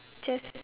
just